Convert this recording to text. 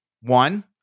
one